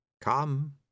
Come